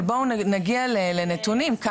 אבל בואו נגיע לנתונים.